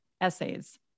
essays